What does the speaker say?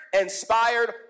inspired